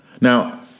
Now